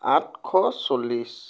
আঠশ চল্লিছ